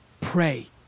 Pray